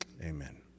Amen